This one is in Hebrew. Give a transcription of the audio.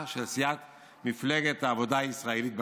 של סיעת מפלגת העבודה הישראלית בכנסת,